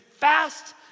fast